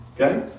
okay